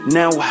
now